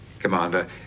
commander